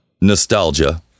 nostalgia